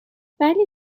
ولی